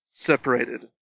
separated